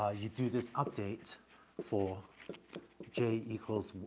ah you do this update for j equals,